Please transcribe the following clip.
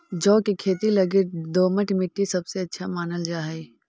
जौ के खेती लगी दोमट मट्टी सबसे अच्छा मानल जा हई